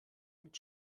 mit